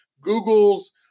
Google's